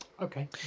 Okay